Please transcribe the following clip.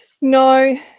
No